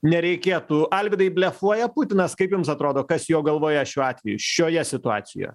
nereikėtų alvydai blefuoja putinas kaip jums atrodo kas jo galvoje šiuo atveju šioje situacijoje